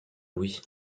louis